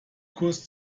kurs